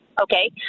Okay